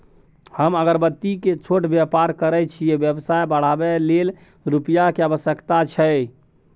हम अगरबत्ती के छोट व्यापार करै छियै व्यवसाय बढाबै लै रुपिया के आवश्यकता छै?